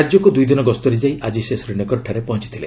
ରାଜ୍ୟକୁ ଦୁଇଦିନ ଗସ୍ତରେ ଯାଇ ଆଜି ସେ ଶ୍ରୀନଗରଠାରେ ପହଞ୍ଚିଥିଲେ